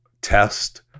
test